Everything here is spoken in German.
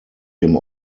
dem